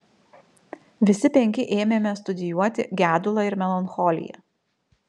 visi penki ėmėme studijuoti gedulą ir melancholiją